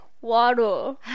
water